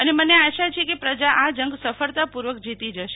અને મને આશા છે કે પ્રજા આ જંગ સફળતાપૂર્વક જીતી જશે